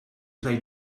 play